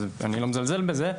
ואני לא מזלזל בזה,